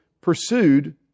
pursued